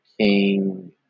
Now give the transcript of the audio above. King